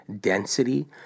density